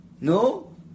No